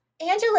Angela